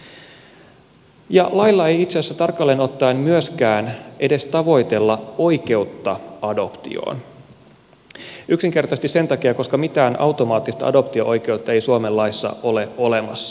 itse asiassa lailla ei tarkalleen ottaen myöskään edes tavoitella oikeutta adoptioon yksinkertaisesti sen takia että mitään automaattista adoptio oikeutta ei suomen laissa ole olemassa